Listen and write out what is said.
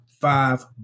five